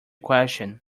question